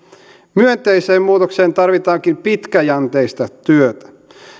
myönteiseen muutokseen tarvitaankin pitkäjänteistä työtä